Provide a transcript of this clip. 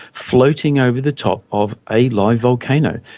floating over the top of a live volcano.